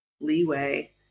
leeway